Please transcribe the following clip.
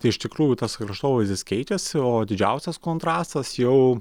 tai iš tikrųjų tas kraštovaizdis keičiasi o didžiausias kontrastas jau